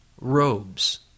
robes